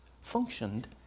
functioned